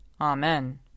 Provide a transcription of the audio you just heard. Amen